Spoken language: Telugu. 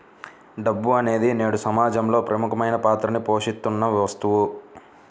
డబ్బు అనేది నేడు సమాజంలో ప్రముఖమైన పాత్రని పోషిత్తున్న వస్తువు